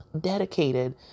dedicated